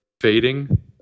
fading